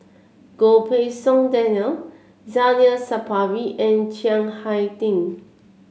Goh Pei Siong Daniel Zainal Sapari and Chiang Hai Ding